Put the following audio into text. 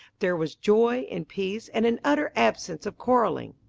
there was joy, and peace, and an utter absence of quarreling.